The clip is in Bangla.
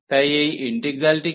তাহলে এই ইন্টিগ্রালটি কি